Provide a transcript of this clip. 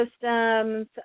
systems